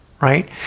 right